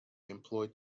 employed